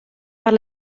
per